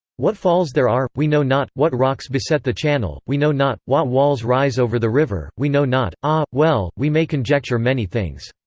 what falls there are, we know not what rocks beset the channel, we know not what walls rise over the river, we know not ah, well! we may conjecture many things.